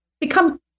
become